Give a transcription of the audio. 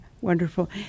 Wonderful